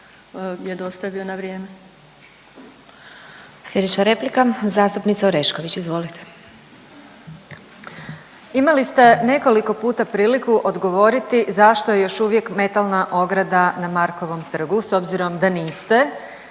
Slijedeća replika zastupnik Klasić, izvolite.